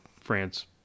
France